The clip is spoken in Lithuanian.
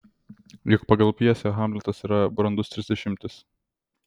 juk pagal pjesę hamletas yra brandus trisdešimtis